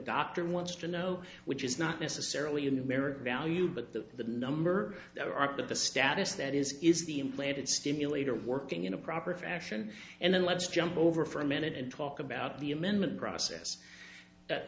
doctor wants to know which is not necessarily in american value but that the number there are but the status that is is the implanted stimulator working in a proper fashion and then let's jump over for a minute and talk about the amendment process